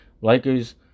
Lakers